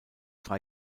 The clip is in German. drei